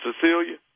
Cecilia